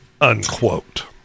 unquote